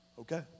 okay